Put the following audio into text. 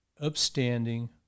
upstanding